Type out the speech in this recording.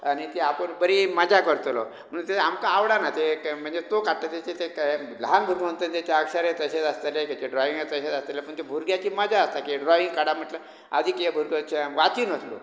आनी ती आपूण बरी मजा करतलो म्हूण ते आमकां आवडना ते के म्हणजे तो काडटा तेचे ते ल्हान भुरगो तेचे ते अक्षरय तशेंच आसतले तेजे ड्रॉव्हींगूय तशेंच आसतले पूण त्या भुरग्याची मजा आसता की ड्रोव्हींग काडप म्हळ्यार आदी कितें भिरकोवचे वाचिनासलो